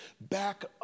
back